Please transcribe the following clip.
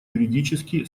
юридически